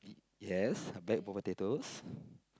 yes a bag of potatoes